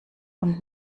und